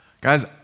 Guys